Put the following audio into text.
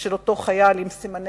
של אותו חייל עם סימני